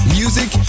music